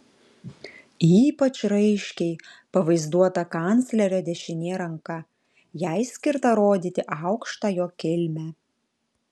ypač raiškiai pavaizduota kanclerio dešinė ranka jai skirta rodyti aukštą jo kilmę